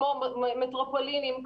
כמו מטרופולינים,